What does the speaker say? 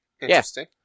Interesting